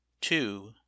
Two